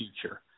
future